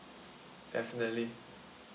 definitely